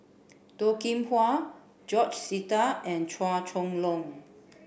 Toh Kim Hwa George Sita and Chua Chong Long